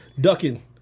ducking